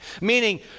Meaning